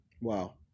Wow